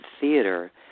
theater